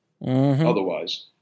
Otherwise